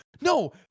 No